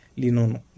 linono